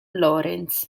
lorenz